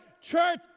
church